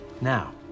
Now